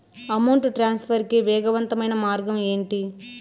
amount transfer కి వేగవంతమైన మార్గం ఏంటి